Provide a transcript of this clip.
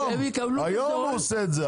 היום, היום הוא עושה את זה.